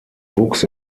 wuchs